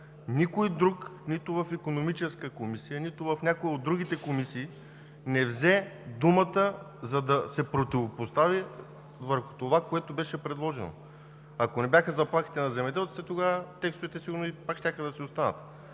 Никой друг – нито в Икономическата комисия, нито в някоя от другите комисии не взе думата, за да се противопостави срещу това, което беше предложено. Ако не бяха заплахите на земеделците, тогава текстовете сигурно пак щяха да си останат.